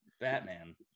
Batman